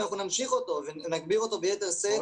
ונמשיך אותו ונגביר אותו ביתר שאת.